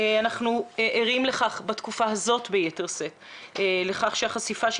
אנחנו ערים בתקופה הזאת ביתר שאת לכך שהחשיפה של